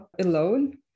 alone